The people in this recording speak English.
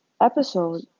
episode